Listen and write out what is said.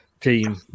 team